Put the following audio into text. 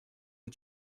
que